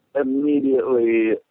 immediately